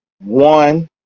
one